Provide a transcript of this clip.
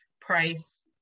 price